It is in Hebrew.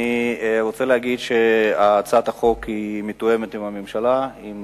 אני רוצה להגיד שהצעת החוק מתואמת עם הממשלה, עם